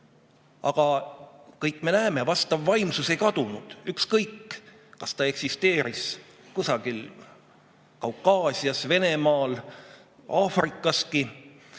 Aga kõik me näeme, et vastav vaimsus ei kadunud. Ükskõik, kas ta eksisteeris kusagil Kaukaasias, Venemaal, Aafrikaski,